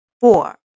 Four